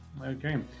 Okay